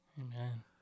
Amen